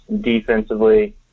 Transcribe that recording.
defensively